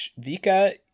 Vika